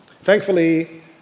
Thankfully